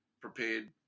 prepared